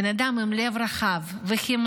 בן אדם עם לב רחב וחמלה,